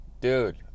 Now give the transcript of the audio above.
Dude